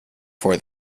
for